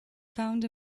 found